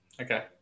Okay